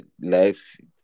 life